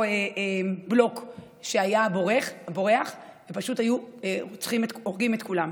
בלוק שהיה הבורח ופשוט היו הורגים את כולם.